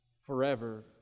forever